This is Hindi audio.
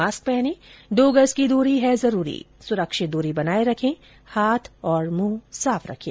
मास्क पहनें दो गज की दूरी है जरूरी सुरक्षित दूरी बनाए रखें हाथ और मुंह साफ रखें